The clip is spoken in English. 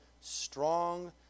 strong